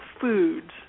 foods